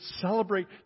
celebrate